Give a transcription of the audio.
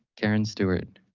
karen stewart.